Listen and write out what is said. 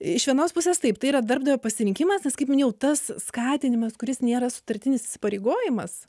iš vienos pusės taip tai yra darbdavio pasirinkimas nes kaip minėjau tas skatinimas kuris nėra sutartinis įsipareigojimas